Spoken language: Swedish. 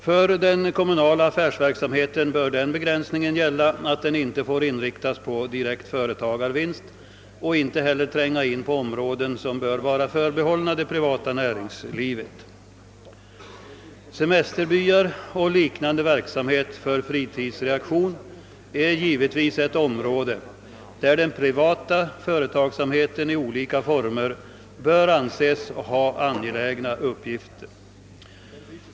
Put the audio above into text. För den kommunala affärsverksamheten bör den begränsningen gälla, att den inte får inriktas på direkt företagarvinst och inte heller tränga in på områden, som bör vara förbehållna det privata näringslivet. Semesterbyar och liknande verksamhet för fritidsändamål är givetvis ett område, där den privata företagsamheten i olika former bör anses ha angelägna uppgifter.